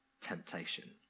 temptation